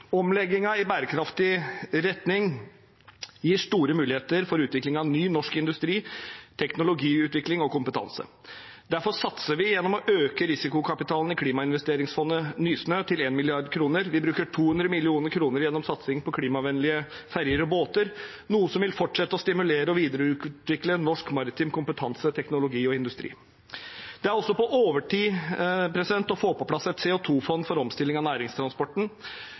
Omleggingen i bærekraftig retning gir store muligheter for utvikling av ny norsk industri, teknologiutvikling og kompetanse. Derfor satser vi gjennom å øke risikokapitalen i klimainvesteringsfondet Nysnø til 1 mrd. kr, vi bruker 200 mill. kr gjennom satsing på klimavennlige ferjer og båter, noe som vil fortsette å stimulere og videreutvikle norsk maritim kompetanse, teknologi og industri. Det er også på overtid å få på plass et CO 2 -fond for omstilling av næringstransporten